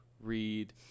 read